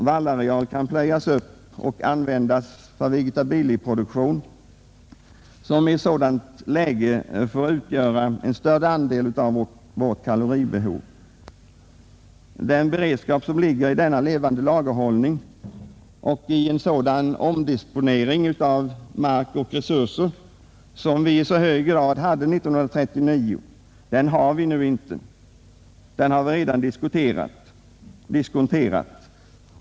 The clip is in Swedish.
Vallareal kan plöjas upp och användas för vegetabilieproduktion, som i ett sådant läge får tillgodose en större andel av vårt kaloribehov. Den beredskap som ligger i denna levande lagerhållning och i en sådan möjlighet till omdisponering av mark och resurser, som vi hade i så hög grad 1939, har vi inte nu. Den har vi redan diskonterat.